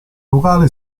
locale